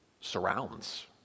surrounds